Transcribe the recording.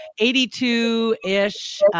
82-ish